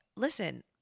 listen